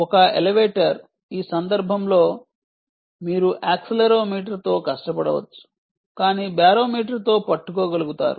ఒక ఎలివేటర్ ఈ సందర్భంలో మీరు యాక్సిలెరోమీటర్తో కష్టపడవచ్చు కానీ బేరోమీటర్ తో పట్టుకోగలుగుతారు